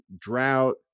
drought